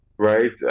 Right